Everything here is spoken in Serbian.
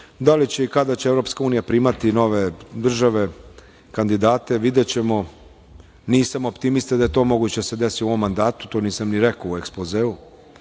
li će i kada će EU primati nove države kandidate, videćemo. Nisam optimista da je to moguće da se desi u ovom mandatu, to nisam ni rekao u ekspozeu